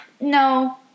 no